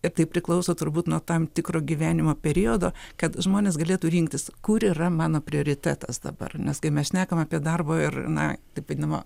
ir tai priklauso turbūt nuo tam tikro gyvenimo periodo kad žmonės galėtų rinktis kur yra mano prioritetas dabar nes kai mes šnekam apie darbo ir na taip vadinamo